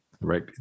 right